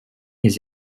his